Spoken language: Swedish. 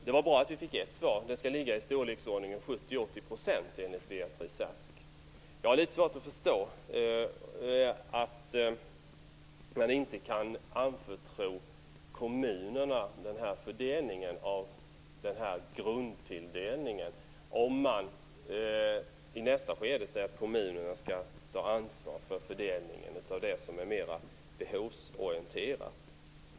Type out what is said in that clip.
Det var bra att vi fick ett svar, nämligen att skolpengen skall ligga i storleksordningen 70-80 %, enligt Beatrice Ask. Jag har svårt att förstå att man inte skulle kunna anförtro åt kommunerna att fördela den här grundtilldelningen, om man i nästa skede säger att kommunerna skall ta ansvar för fördelningen av sådant som är mer behovsorienterat.